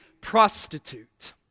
prostitute